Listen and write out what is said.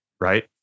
Right